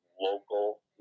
local